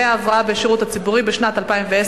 חקיקה ליישום התוכנית הכלכלית לשנים 2009 ו-2010)